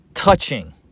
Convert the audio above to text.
Touching